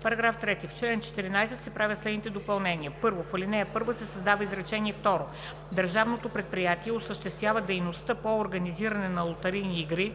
§ 3: „§ 3. В чл. 14 се правят следните допълнения: 1. В ал. 1 се създава изречение второ: „Държавното предприятие осъществява дейността по организиране на лотарийни игри